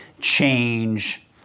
change